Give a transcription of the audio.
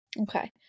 Okay